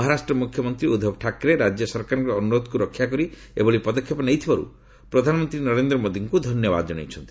ମହାରାଷ୍ଟ୍ର ମୁଖ୍ୟମନ୍ତ୍ରୀ ଉଦ୍ଧବ ଠାକ୍ରେ ରାଜ୍ୟ ସରକାରଙ୍କର ଅନୁରୋଧକୁ ରକ୍ଷାକରି ଏଭଳି ପଦକ୍ଷେପ ନେଇଥିବାରୁ ପ୍ରଧାନମନ୍ତ୍ରୀ ନରେନଦ୍ର ମୋଦିଙ୍କୁ ଧନ୍ୟବାଦ କଣାଇଛନ୍ତି